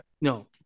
No